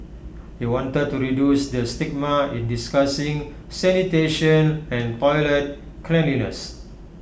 he wanted to reduce the stigma in discussing sanitation and toilet cleanliness